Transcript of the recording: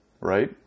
right